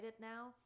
now